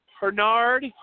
Bernard